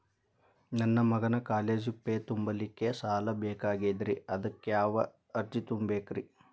ನನ್ನ ಮಗನ college fee ತುಂಬಲಿಕ್ಕೆ ಸಾಲ ಬೇಕಾಗೆದ್ರಿ ಅದಕ್ಯಾವ ಅರ್ಜಿ ತುಂಬೇಕ್ರಿ?